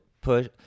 push